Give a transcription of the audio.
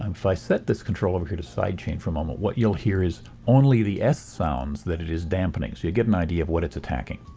um if i set this control over here to sidechain for a moment, what you'll hear is only the s sounds that it is dampening, so you'll get an idea of what it's attacking.